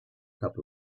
cup